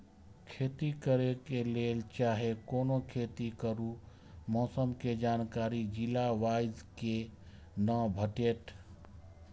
खेती करे के लेल चाहै कोनो खेती करू मौसम के जानकारी जिला वाईज के ना भेटेत?